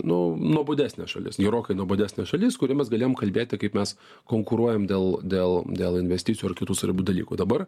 nu nuobodesnė šalis gerokai nuobodesnė šalis kuri mes galėjom kalbėti kaip mes konkuruojam dėl dėl dėl investicijų ar kitų svarbių dalykų dabar